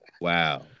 Wow